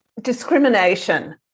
discrimination